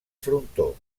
frontó